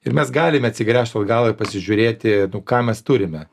ir mes galime atsigręžt atgal ir pasižiūrėti nu ką mes turime